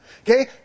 Okay